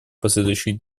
последующих